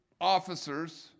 officers